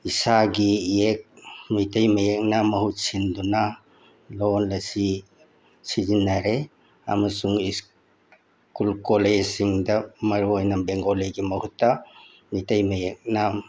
ꯏꯁꯥꯒꯤ ꯏꯌꯦꯛ ꯃꯩꯇꯩ ꯃꯌꯦꯛꯅ ꯃꯍꯨꯠ ꯁꯤꯟꯗꯨꯅ ꯂꯣꯟ ꯑꯁꯤ ꯁꯤꯖꯤꯟꯅꯔꯦ ꯑꯃꯨꯁꯨꯡ ꯁ꯭ꯀꯨꯜ ꯀꯣꯂꯦꯁꯁꯤꯡꯗ ꯃꯔꯨ ꯑꯣꯏꯅ ꯕꯦꯡꯒꯣꯂꯤꯒꯤ ꯃꯍꯨꯠꯇ ꯃꯤꯇꯩ ꯃꯌꯦꯛꯅ